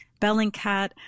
Bellingcat